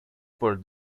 por